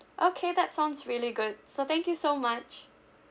okay that sounds really good so thank you so much